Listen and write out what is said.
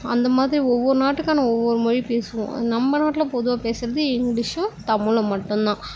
அந்த மாதிரி ஒவ்வொரு நாட்டுக்கான ஒவ்வொரு மொழி பேசுவோம் நம்ம நாட்டில் பொதுவாக பேசுகிறது இங்கிலிஷும் தமிலும் மட்டும் தான்